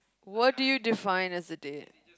what do you define as a deed